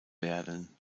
werden